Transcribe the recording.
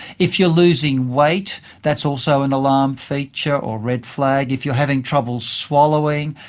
if you are losing weight, that's also an alarm feature or red flag. if you are having trouble swallowing,